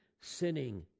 sinning